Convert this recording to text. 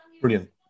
Brilliant